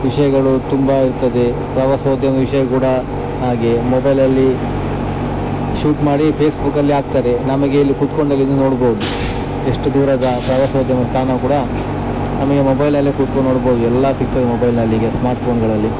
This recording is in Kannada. ವಿಷಯಗಳು ತುಂಬಾ ಇರ್ತದೆ ಪ್ರವಾಸೋದ್ಯಮ ವಿಷಯ ಕೂಡ ಹಾಗೆ ಮೊಬೈಲ್ ಅಲ್ಲಿ ಶೂಟ್ ಮಾಡಿ ಫೇಸ್ಬುಕ್ ಅಲ್ಲಿ ಹಾಕ್ತಾರೆ ನಮಗೆ ಇಲ್ಲಿ ಕೂತ್ಕೊಂಡಾಗ ನೀವು ನೋಡ್ಬೋದು ಎಷ್ಟು ದೂರದ ಪ್ರವಾಸೋದ್ಯಮ ತಾಣ ಕೂಡ ನಮಗೆ ಮೊಬೈಲ್ ಅಲ್ಲೆ ಕೂತ್ಕೊಂಡು ನೋಡ್ಬೋದು ಎಲ್ಲ ಸಿಕ್ತದೆ ಮೊಬೈಲ್ನಲ್ಲಿ ಈಗ ಸ್ಮಾರ್ಟ್ಫೋನ್ಗಳಲ್ಲಿ